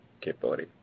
capability